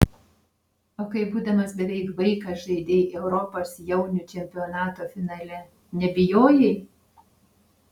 o kai būdamas beveik vaikas žaidei europos jaunių čempionato finale nebijojai